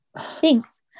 thanks